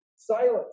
Silence